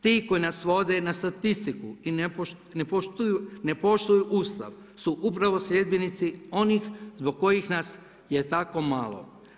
Ti koji nas svode na statistiku i ne poštuju Ustav su upravo sljedbenici onih zbog kojih nas je tako malo.